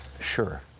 sure